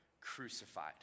Crucified